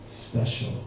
special